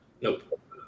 nope